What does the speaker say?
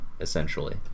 essentially